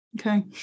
okay